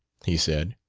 he said,